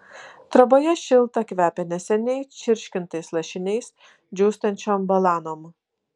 troboje šilta kvepia neseniai čirškintais lašiniais džiūstančiom balanom